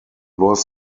was